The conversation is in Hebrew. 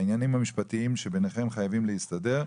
העניינים המשפטיים שבינכם חייבים להסתדר,